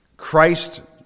Christ